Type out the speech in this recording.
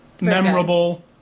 memorable